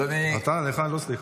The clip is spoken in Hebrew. אתה, לך לא סליחה.